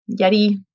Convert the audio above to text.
Yeti